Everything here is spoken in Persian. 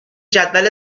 جدول